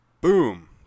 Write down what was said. boom